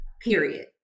period